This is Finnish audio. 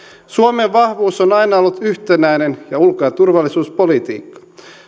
suomen vahvuus on on aina ollut yhtenäinen ulko ja turvallisuuspolitiikka